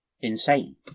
insane